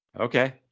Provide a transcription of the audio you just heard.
Okay